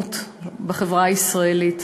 אלימות בחברה הישראלית.